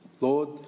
Lord